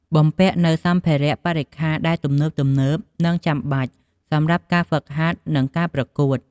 បំពាក់នូវសម្ភារៈបរិក្ខារដែលទំនើបៗនិងចាំបាច់ សម្រាប់ការហ្វឹកហាត់ និងការប្រកួត។